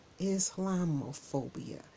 Islamophobia